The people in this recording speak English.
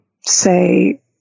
say